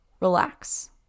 relax